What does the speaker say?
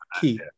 key